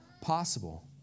possible